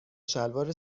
شلوار